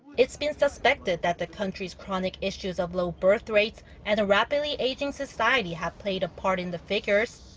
it's been suspected that the country's chronic issues of low birthrates and a rapidly aging society have played a part in the figures.